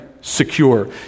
secure